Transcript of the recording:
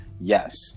yes